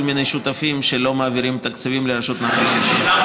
מיני שותפים שלא מעבירים תקציבים לרשות נחל קישון.